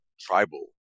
tribal